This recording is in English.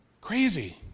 Crazy